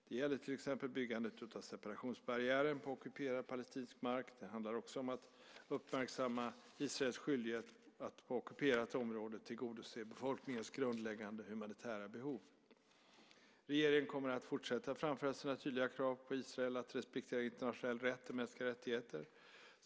Det gäller till exempel byggandet av separationsbarriären på ockuperad palestinsk mark. Det handlar också om att uppmärksamma Israels skyldighet att på ockuperat område tillgodose befolkningens grundläggande humanitära behov. Regeringen kommer att fortsätta framföra sina tydliga krav på Israel att respektera internationell rätt och mänskliga rättigheter.